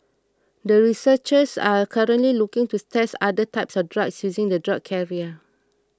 the researchers are currently looking to test other types of drugs using the drug carrier